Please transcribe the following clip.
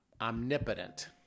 omnipotent